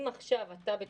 מי, לדעתך,